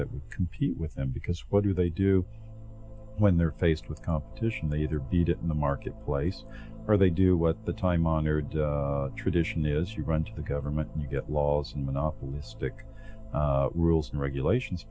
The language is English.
that compete with them because what do they do when they're faced with competition they either did it in the marketplace or they do what the time honored tradition is you run to the government you get laws and monopolistic rules and regulations